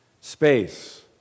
Space